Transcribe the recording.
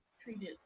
treated